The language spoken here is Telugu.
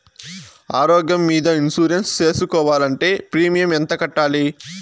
ఆరోగ్యం మీద ఇన్సూరెన్సు సేసుకోవాలంటే ప్రీమియం ఎంత కట్టాలి?